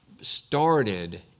started